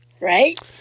right